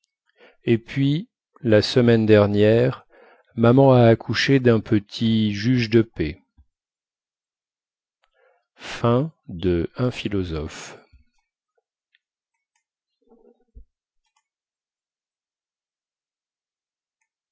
et puis la semaine dernière maman a accouché dun petit juge de paix